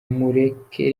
mureke